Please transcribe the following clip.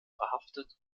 verhaftet